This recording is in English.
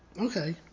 Okay